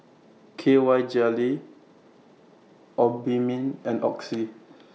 K Y Jelly Obimin and Oxy